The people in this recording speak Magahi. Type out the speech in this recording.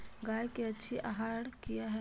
गाय के अच्छी आहार किया है?